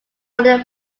holding